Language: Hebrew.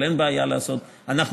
"אנחנו",